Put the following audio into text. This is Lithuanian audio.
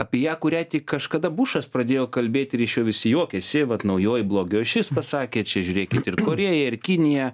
apie ją kurią tik kažkada bušas pradėjo kalbėti ir iš jo visi juokėsi vat naujoji blogio ašis pasakė čia žiūrėkit ir korėja ir kinija